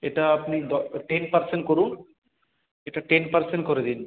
এটা আপনি দ টেন পারসেন্ট করুন এটা টেন পারসেন্ট করে দিন